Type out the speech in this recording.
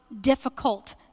difficult